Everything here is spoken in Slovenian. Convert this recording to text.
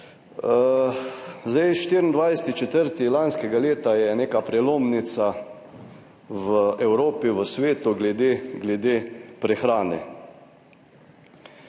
Zdaj 24. 4. lanskega leta je neka prelomnica v Evropi, v svetu glede prehrane.